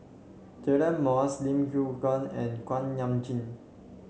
Deirdre Moss Lim Yew Hock and Kuak Nam Jin